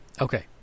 okay